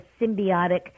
symbiotic